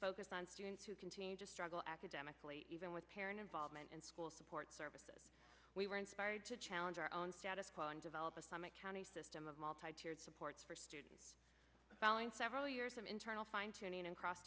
focus on students who continue to struggle academically even with parent involvement in school support services we were inspired to challenge our own status quo and develop a summit county system of multi tiered support for students following several years of internal fine tuning across